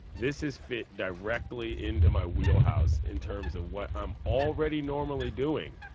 this has fit directly into my wheelhouse in terms of what i'm already normally doing,